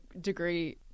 degree